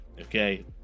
okay